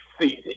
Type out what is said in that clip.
season